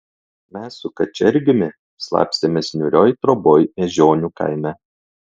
mes su kačergiumi slapstėmės niūrioj troboj miežionių kaime